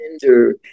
gender